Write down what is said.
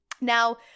Now